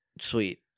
Sweet